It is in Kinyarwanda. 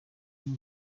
com